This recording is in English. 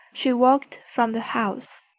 she walked from the house,